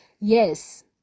Yes